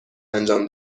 انجام